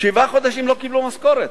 שבעה חודשים לא קיבלו משכורת.